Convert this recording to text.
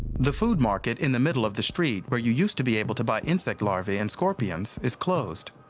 the food market in the middle of the street where you used to be able to buy insect larvae and scorpions is closed.